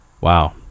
wow